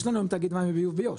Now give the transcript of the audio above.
יש לנו תאגיד מים וביוב ביו"ש,